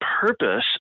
purpose